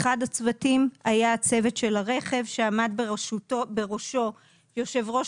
אחד הצוותים היה הצוות של הרכב בראשו עמד יושב ראש